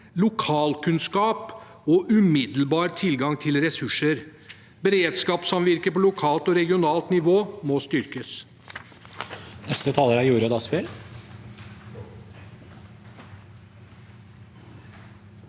lokalkunnskap og umiddelbar tilgang til ressurser. Beredskapssamvirket på lokalt og regionalt nivå må styrkes.